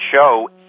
show